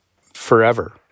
forever